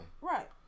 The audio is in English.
Right